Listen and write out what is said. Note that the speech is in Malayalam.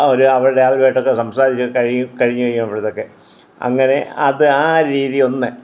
അവര് അവരുമായിട്ടൊക്കെ സംസാരിച്ച് കഴിഞ്ഞു കഴിഞ്ഞപ്പോഴെത്തെക്കൊക്കെ അങ്ങനെ അത് ആ രീതി ഒന്ന്